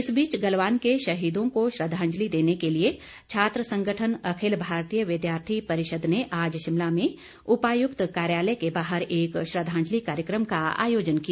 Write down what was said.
इस बीच गलवान के शहीदों को श्रद्वांजलि देने के लिए छात्र संगठन अखिल भारतीय विद्यार्थी परिषद ने आज शिमला में उपायुक्त कार्यालय के बाहर एक श्रद्वांजलि कार्यक्रम का आयोजन किया